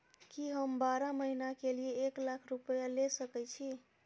की हम बारह महीना के लिए एक लाख रूपया ले सके छी?